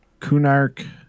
Kunark